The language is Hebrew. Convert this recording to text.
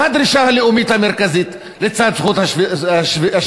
מה הדרישה הלאומית המרכזית לצד זכות השיבה?